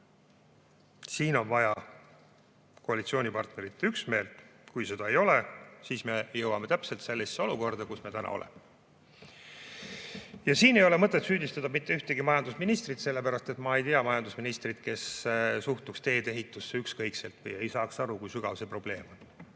siin on vaja koalitsioonipartnerite üksmeelt. Kui seda ei ole, siis me jõuame täpselt sellisesse olukorda, kus me täna oleme. Siin ei ole mõtet süüdistada mitte ühtegi majandusministrit. Ma ei tea majandusministrit, kes suhtuks tee-ehitusse ükskõikselt või ei saaks aru, kui sügav see probleem on.